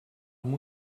amb